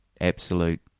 absolute